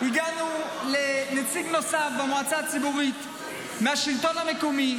הגענו לנציג נוסף במועצה הציבורית מהשלטון המקומי,